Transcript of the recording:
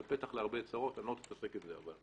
זה פתח להרבה צרות אבל אני לא רוצה להתעסק בזה.